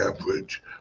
average